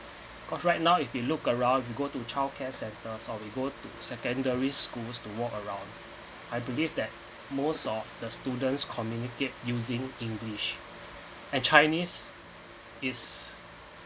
cause right now if you look around you go to childcare sector shall we go to secondary schools to walk around I believe that most of the students communicate using english and chinese is